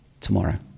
tomorrow